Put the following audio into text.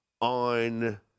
on